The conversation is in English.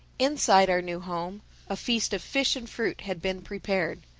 inside our new home a feast of fish and fruit had been prepared.